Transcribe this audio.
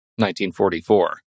1944